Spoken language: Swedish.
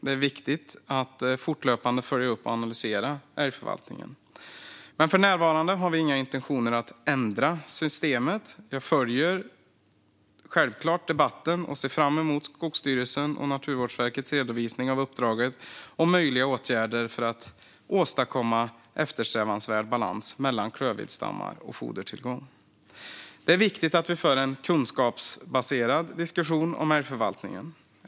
Det är viktigt att fortlöpande följa upp och analysera älgförvaltningen. För närvarande har vi inga intentioner att ändra systemet. Vi följer självklart debatten och ser fram emot Skogsstyrelsens och Naturvårdsverkets redovisning av uppdraget om möjliga åtgärder för att åstadkomma eftersträvansvärd balans mellan klövviltstammar och fodertillgång. Det är viktigt att vi för en kunskapsbaserad diskussion om älgförvaltningen.